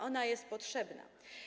Ona jest potrzebna.